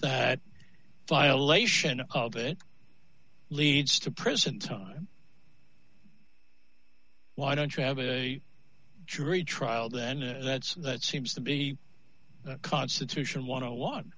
that violation of it leads to prison time why don't you have a jury trial then that's that seems to be the constitution want to one